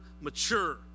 mature